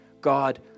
God